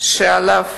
שעליו